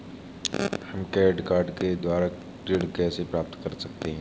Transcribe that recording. हम credit card के द्वारा ऋण कैसे प्राप्त कर सकते हैं?